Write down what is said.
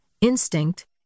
instinct